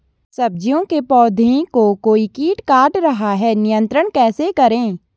सब्जियों के पौधें को कोई कीट काट रहा है नियंत्रण कैसे करें?